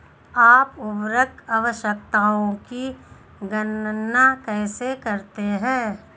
आप उर्वरक आवश्यकताओं की गणना कैसे करते हैं?